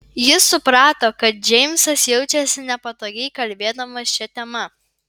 ji suprato kad džeimsas jaučiasi nepatogiai kalbėdamas šia tema